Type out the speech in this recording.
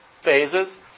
phases